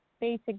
basic